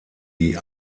die